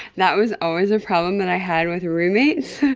that was always a problem that i had with roommates.